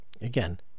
Again